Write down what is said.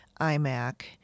iMac